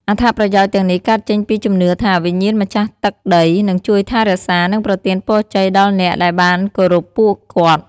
អត្ថប្រយោជន៍ទាំងនេះកើតចេញពីជំនឿថា វិញ្ញាណម្ចាស់ទឹកដីនឹងជួយថែរក្សា និងប្រទានពរជ័យដល់អ្នកដែលបានគោរពពួកគាត់។